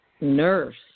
nurse